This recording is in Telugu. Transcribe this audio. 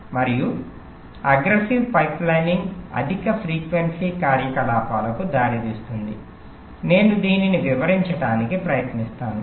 మరియు అగ్రెసివ్ పైప్లైనింగ్ అధిక ఫ్రీక్వెన్సీ కార్యకలాపాలకు దారితీస్తుంది నేను దీనిని వివరించడానికి ప్రయత్నిస్తాను